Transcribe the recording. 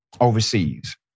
overseas